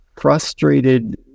frustrated